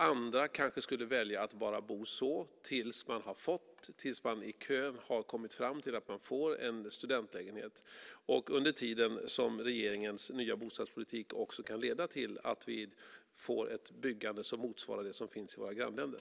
Andra kanske skulle välja att bara bo så tills man har kommit fram i kön och får en studentlägenhet. Under tiden kan regeringens nya bostadspolitik också leda till att vi får ett byggande som motsvarar det som finns i våra grannländer.